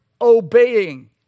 obeying